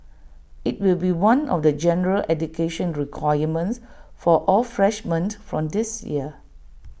IT will be one of the general education requirements for all freshmen from this year